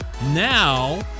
Now